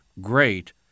great